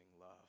love